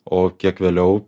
o kiek vėliau